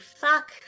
fuck